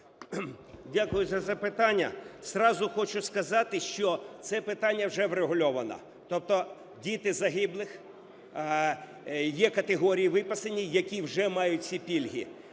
Дякую за запитання. Зразу хочу сказати, що це питання вже врегульовано. Тобто діти загиблих, є категорії виписані, які вже мають ці пільги.